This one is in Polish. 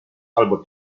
albo